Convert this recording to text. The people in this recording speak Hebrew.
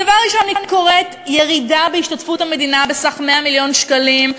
דבר ראשון אני קוראת: ירידה בהשתתפות המדינה בסך 100 מיליון שקלים,